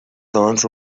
doncs